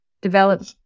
develop